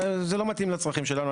זה לא מתאים לצרכים שלנו.